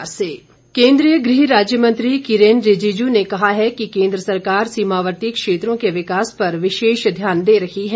केंद्रीय मंत्री केंद्रीय गृह राज्य मंत्री किरेन रिजिजू ने कहा है कि केंद्र सरकार सीमावर्ती क्षेत्रों के विकास पर विशेष ध्यान दे रही है